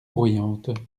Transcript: bruyantes